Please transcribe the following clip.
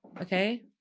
okay